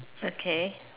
okay